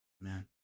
Amen